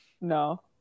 no